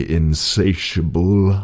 insatiable